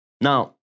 Now